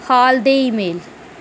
हाल दे ईमेल